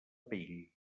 pell